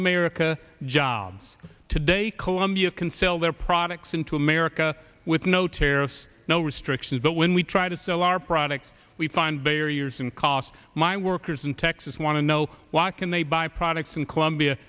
america jobs today colombia can sell their products into america with no tariffs no restrictions but when we try to sell our products we find barriers and costs my workers in texas want to know why can they buy products in colombia